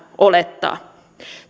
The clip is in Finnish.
olettaa